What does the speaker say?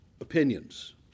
opinions